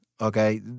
okay